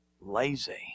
lazy